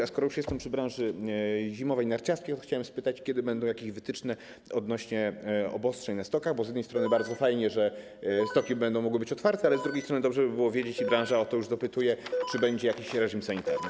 A skoro już jestem przy branży zimowej, narciarskiej, to chciałem spytać, kiedy będą jakieś wytyczne odnośnie do obostrzeń na stokach, bo z jednej strony bardzo fajnie, że stoki będą mogły być otwarte, ale z drugiej strony dobrze by było wiedzieć, i branża o to już dopytuje, czy będzie jakiś reżim sanitarny.